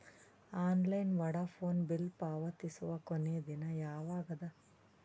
Online Vodafone bill ಪಾವತಿಸುವ ಕೊನಿ ದಿನ ಯವಾಗ ಅದ?